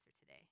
today